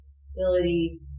facility